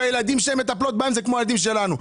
והילדים שהן מטפלות בהם זה כמו הילדים שלנו.